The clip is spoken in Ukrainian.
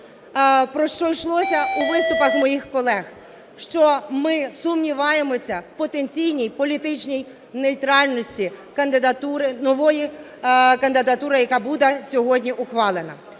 про що йшлося у виступах моїх колег, що ми сумніваємося в потенційній політичній нейтральності нової кандидатури, яка буде сьогодні ухвалена.